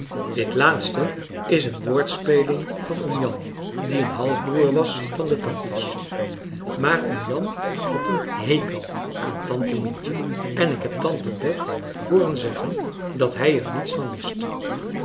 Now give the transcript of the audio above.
dit laatste is een woordspeling van oom jan die een halfbroer was van de tantes maar oom jan had een hekel aan tante mientje en ik heb tante bet hooren zeggen dat hij er niets van wist